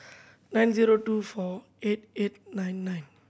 nine zero two four eight eight nine nine